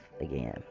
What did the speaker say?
again